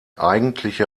eigentliche